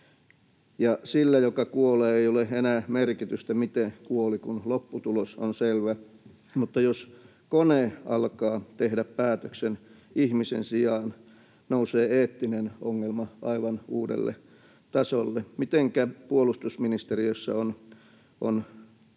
Sille, joka kuolee, ei ole enää merkitystä, miten kuoli, kun lopputulos on selvä, mutta jos kone alkaa tehdä päätöksen ihmisen sijaan, nousee eettinen ongelma aivan uudelle tasolle. Mitenkä puolustusministeriössä on pohdittu,